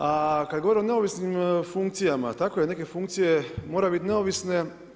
A kad govorim o neovisnim funkcijama, tako je, neke funkcije moraju bit neovisne.